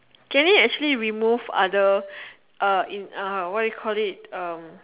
can you actually remove other uh in uh what do you call it um